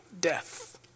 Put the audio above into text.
death